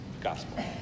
gospel